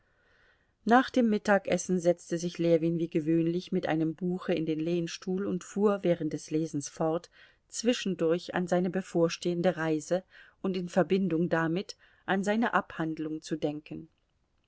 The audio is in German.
nach dem mittagessen setzte sich ljewin wie gewöhnlich mit einem buche in den lehnstuhl und fuhr während des lesens fort zwischendurch an seine bevorstehende reise und in verbindung damit an seine abhandlung zu denken